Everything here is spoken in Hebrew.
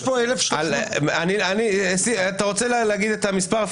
יש פה 1,300 --- אתה רוצה להגיד את המספר?